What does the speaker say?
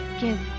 give